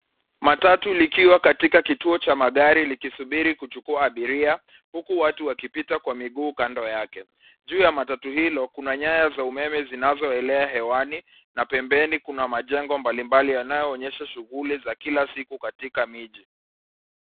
Matatu likiwa katika kituo cha magari likisuburi kuchua abiria huku watu wakipita kwa miguu kando yake. Juu ya matatu hilo, kuna nyaya za umeme zinazoelea hewani na pembeni kunamajengo mbalimabli yanayoonyesha sughuli za kila siku katika miji.